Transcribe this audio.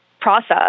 process